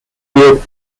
weird